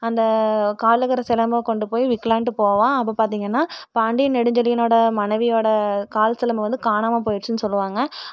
அந்த காலுலருக்கிற சிலம்பம் கொண்டு போய் விற்கலான்னுட்டு போவான் அப்போ பார்த்தீங்கன்னா பாண்டியன் நெடுஞ்செழியனோட மனைவியோட கால் சிலம்பம் வந்து காணாமல் போய்டுச்சுன்னு சொல்லுவாங்கள்